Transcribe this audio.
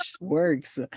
works